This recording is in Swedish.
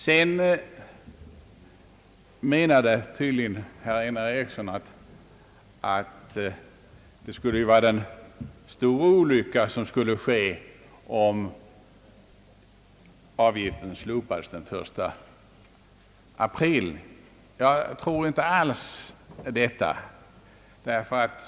Så menade tydligen herr Eriksson att det skulle ske en stor olycka om investeringsavgiften slopades den 1 april. Jag tror inte alls på de farhågorna.